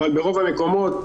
אבל ברוב המקומות,